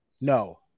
no